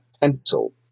pencil